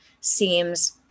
seems